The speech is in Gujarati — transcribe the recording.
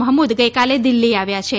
મહમૂદ ગઇકાલે દિલ્હી આવ્યા છે